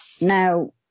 Now